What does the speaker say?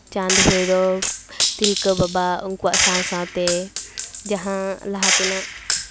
ᱪᱟᱸᱫᱽ ᱵᱷᱳᱭᱨᱚᱵᱽ ᱛᱤᱞᱠᱟᱹ ᱵᱟᱵᱟ ᱩᱱᱠᱩᱣᱟᱜ ᱥᱟᱶ ᱥᱟᱶᱛᱮ ᱡᱟᱦᱟᱸ ᱞᱟᱦᱟ ᱛᱮᱱᱟᱜ